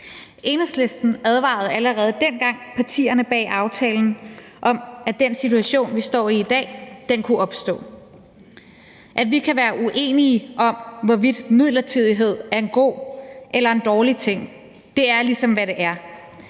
Enhedslisten advarede allerede dengang partierne bag aftalen om, at den situation, vi står i i dag, kunne opstå. At vi kan være uenige om, hvorvidt midlertidighed er en god eller en dårlig ting, er ligesom, hvad det er,